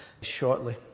shortly